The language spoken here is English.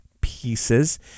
Pieces